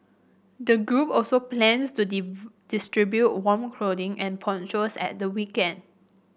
the group also plans to distribute warm clothing and ponchos at the weekend